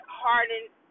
hardened